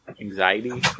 anxiety